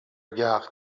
gare